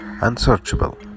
Unsearchable